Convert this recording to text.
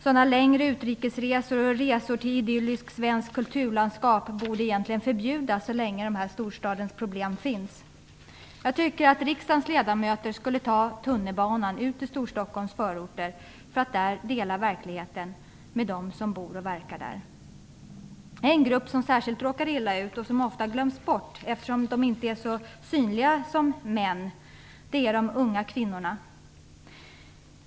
Längre utrikesresor och resor till idylliskt svenskt kulturlandskap borde egentligen förbjudas så länge storstadens problem finns. Jag tycker att riksdagens ledamöter skulle ta tunnelbanan ut i Storstockholms förorter för att dela verkligheten med dem som bor och verkar där. En grupp som råkar särskilt illa ut och som ofta glöms bort, eftersom den inte är så synliga som männen är, är de unga kvinnorna.